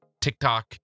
TikTok